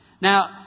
Now